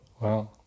Wow